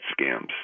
scams